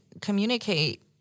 communicate